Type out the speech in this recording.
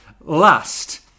Last